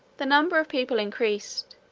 the number of people increased,